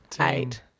eight